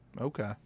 Okay